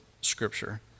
scripture